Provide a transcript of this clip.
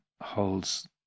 holds